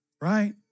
right